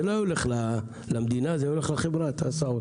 זה לא היה הולך למדינה אלא לחברת ההסעות.